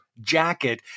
jacket